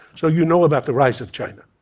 so you know about the rise of china.